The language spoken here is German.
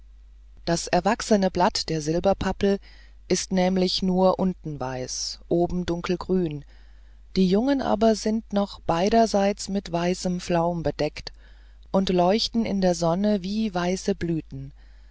das erwachsene blatt der silberpappel ist nämlich nur unten weiß oben dunkelgrün die jungen aber sind noch beiderseits mit weißem flaum bedeckt und leuchten in der sonne wie weiße blüten